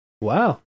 wow